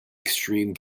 extreme